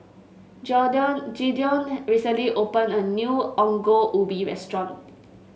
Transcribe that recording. Gideon recently opened a new Ongol Ubi restaurant